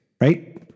right